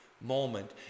moment